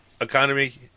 economy